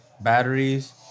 batteries